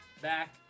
back